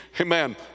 Amen